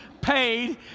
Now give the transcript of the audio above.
paid